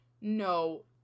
No